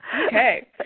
Okay